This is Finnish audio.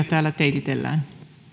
täällä teititellään